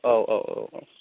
औ औ औ